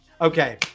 Okay